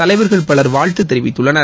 தலைவர்கள் பலர் வாழ்த்து தெரிவித்துள்ளனர்